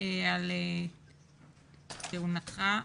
על כהונתך.